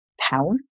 Power